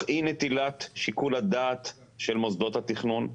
אי נטילת שיקול הדעת של מוסדות התכנון,